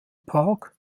park